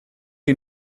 die